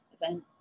event